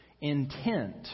intent